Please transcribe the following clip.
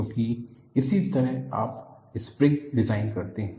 क्योंकि इसी तरह आप स्प्रिंग डिजाइन करते हैं